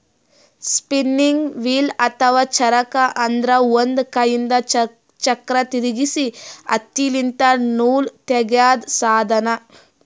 spinning wheel ಅಥವಾ ಚರಕ ಅಂದ್ರ ಒಂದ್ ಕೈಯಿಂದ್ ಚಕ್ರ್ ತಿರ್ಗಿಸಿ ಹತ್ತಿಲಿಂತ್ ನೂಲ್ ತಗ್ಯಾದ್ ಸಾಧನ